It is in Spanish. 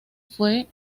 fue